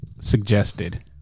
suggested